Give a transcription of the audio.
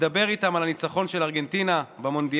לדבר איתם על הניצחון של ארגנטינה במונדיאל,